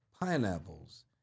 Pineapples